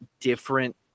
Different